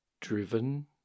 driven